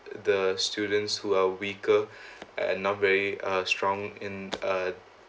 the students who are weaker and not very uh strong in a